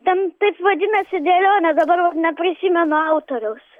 ten taip vadinasi dėlionė dabar vat neprisimenu autoriaus